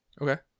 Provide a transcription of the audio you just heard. Okay